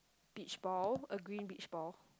beach ball a green beach ball